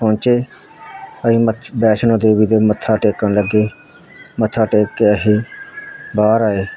ਪਹੁੰਚੇ ਅਸੀਂ ਮੱ ਵੈਸ਼ਨੋ ਦੇਵੀ ਦੇ ਮੱਥਾ ਟੇਕਣ ਲੱਗੇ ਮੱਥਾ ਟੇਕ ਕੇ ਅਸੀਂ ਬਾਹਰ ਆਏ